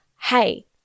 hey